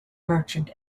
merchant